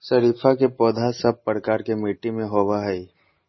शरीफा के पौधा सब प्रकार के मिट्टी में होवअ हई